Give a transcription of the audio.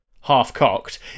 half-cocked